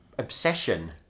obsession